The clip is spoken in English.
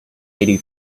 eighty